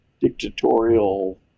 dictatorial